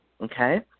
Okay